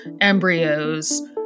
embryos